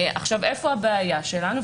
איפה הבעיה שלנו?